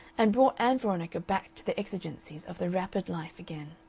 and brought ann veronica back to the exigencies of the wrappered life again.